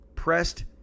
pressed